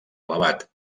elevat